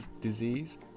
disease